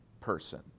person